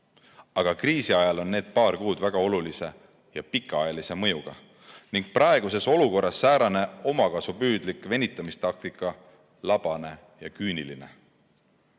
Aga kriisi ajal on need paar kuud väga olulise ja pikaajalise mõjuga ning praeguses olukorras säärane omakasupüüdlik venitamistaktika labane ja küüniline.